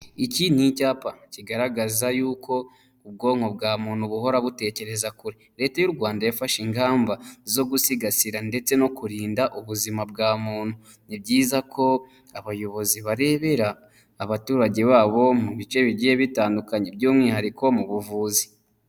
Iki ni icyapa kigaragaza yuko ubwonko bwa muntu buhora butekereza kure, leta y'u Rwanda yafashe ingamba zo gusigasira ndetse no kurinda ubuzima bwa muntu, ni byiza ko abayobozi barebera abaturage babo mu bice bigiye bitandukanye, by'umwihariko mu buvuzi.